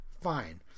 fine